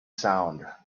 sound